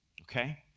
Okay